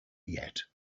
yet